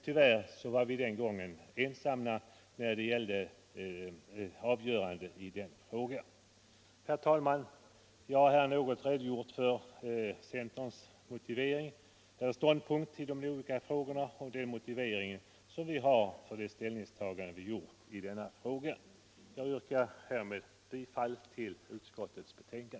Tyvärr var centern ensam om att rösta för denna reservation. Herr talman! Jag har nu något redogjort för motiveringen till centerns ställningstagande i denna fråga och yrkar härmed bifall till utskottets hemställan.